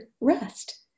rest